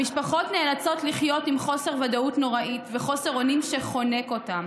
המשפחות נאלצות לחיות עם חוסר ודאות נוראי ועם חוסר אונים שחונק אותן.